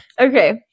Okay